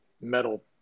metal